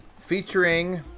featuring